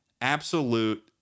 absolute